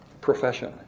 profession